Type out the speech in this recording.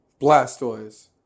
Blastoise